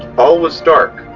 all was dark,